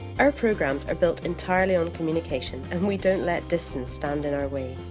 our programmes are built entirely on communication and we don't let distance stand in our way.